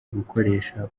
gukoresha